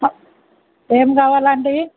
ఏం కావాలండి